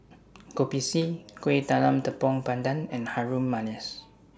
Kopi C Kuih Talam Tepong Pandan and Harum Manis